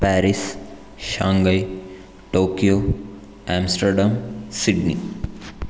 Paris Shanghai Tokyo Amsterdam Sydney